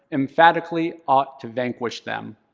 emphatically, ought to vanquish them.